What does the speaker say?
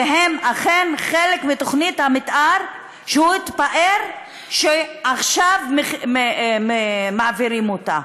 הם אכן חלק מתוכנית המתאר שהוא התפאר שעכשיו מעבירים אותה.